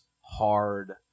hard